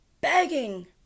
begging